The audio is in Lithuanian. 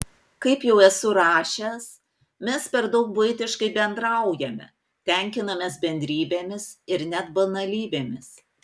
kaip jau esu rašęs mes per daug buitiškai bendraujame tenkinamės bendrybėmis ir net banalybėmis